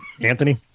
Anthony